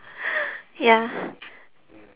ya